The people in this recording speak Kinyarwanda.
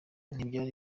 ntibyari